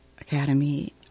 academy